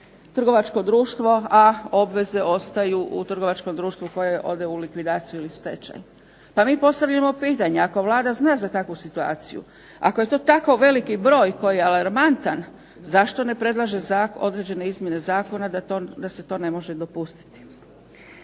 trgovačko društvo, a obveze ostaju u trgovačkom društvu koje ode u likvidaciju ili stečaj. Pa mi postavljamo pitanje, ako Vlada zna za takvu situaciju, ako je tako veliki broj koji je alarmantan, zašto ne predlaže određene izmjene zakona da se to ne može dopustiti.